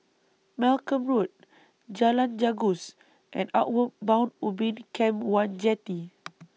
Malcolm Road Jalan Janggus and Outward Bound Ubin Camp one Jetty